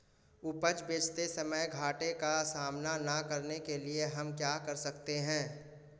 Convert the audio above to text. उपज बेचते समय घाटे का सामना न करने के लिए हम क्या कर सकते हैं?